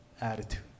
attitude